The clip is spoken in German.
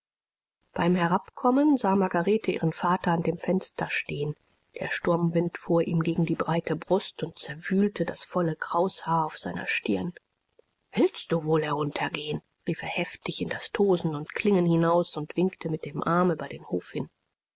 beim herabkommen sah margarete ihren vater an dem fenster stehen der sturmwind fuhr ihm gegen die breite brust und zerwühlte das volle kraushaar auf seiner stirn willst du wohl heruntergehen rief er heftig in das tosen und klingen hinaus und winkte mit dem arm über den hof hin